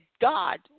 God